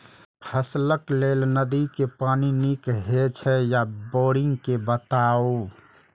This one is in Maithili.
फसलक लेल नदी के पानी नीक हे छै या बोरिंग के बताऊ?